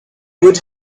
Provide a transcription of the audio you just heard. would